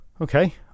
okay